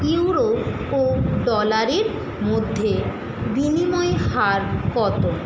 euro ও ডলারের মধ্যে বিনিময় হার কত